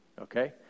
okay